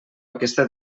aquesta